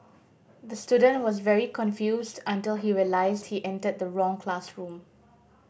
the student was very confused until he realised he entered the wrong classroom